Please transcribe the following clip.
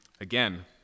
again